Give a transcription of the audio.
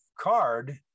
card